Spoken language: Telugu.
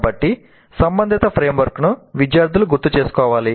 కాబట్టి సంబంధిత ఫ్రేమ్వర్క్ను విద్యార్థులు గుర్తుచేసుకోవాలి